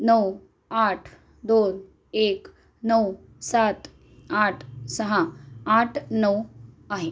नऊ आठ दोन एक नऊ सात आठ सहा आठ नऊ आहे